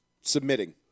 submitting